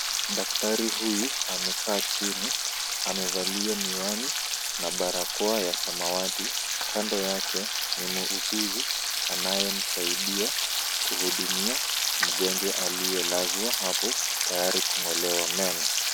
Daktari huyu, amekaa chini. Amevalia miwani na barakoa ya samawati. Kando yake, ni muuguzi anayemsaidia kuhudumia mgonjwa aliyelazwa hapo tayari kung'olewa meno.